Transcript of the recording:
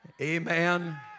Amen